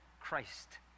Christ